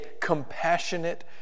compassionate